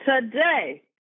Today